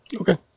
Okay